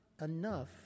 enough